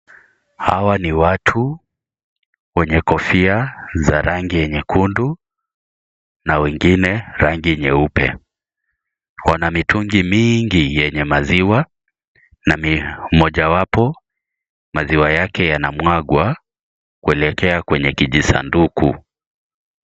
Hawa ni watu wenye kofia za rangi ya nyekundu na wengine rangi nyeupe. Kuna mitungi mingi yenye maziwa. Na mmoja wapo maziwa yake yanamwagwa kuelekea kwenye kijisanduku.